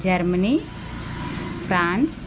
Germany France